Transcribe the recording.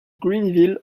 grenville